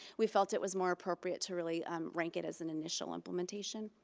we felt it was more appropriate to really rank it as an initial implementation.